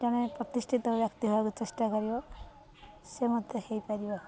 ଜଣେ ପ୍ରତିଷ୍ଠିତ ବ୍ୟକ୍ତି ହେବାକୁ ଚେଷ୍ଟା କରିବ ସେ ମଧ୍ୟ ହେଇପାରିବ